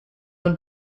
and